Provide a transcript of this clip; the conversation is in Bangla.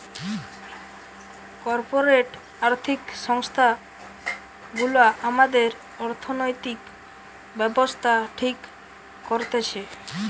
কর্পোরেট আর্থিক সংস্থা গুলা আমাদের অর্থনৈতিক ব্যাবস্থা ঠিক করতেছে